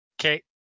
Okay